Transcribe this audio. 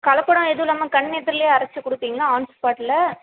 கலப்படம் எதுவும் இல்லாமல் கண் எதிரில் அரைச்சு கொடுப்பீங்களா ஆன் ஸ்பாட்டில்